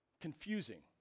confusing